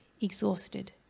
exhausted